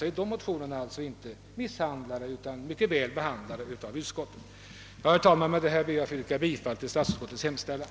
De förstnämnda motionerna har alltså inte misshandlats av utskottet. Med dessa ord, herr talman, ber jag att få yrka bifall till statsutskottets hemställan.